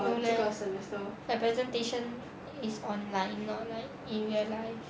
no leh like presentation is online liao like in real life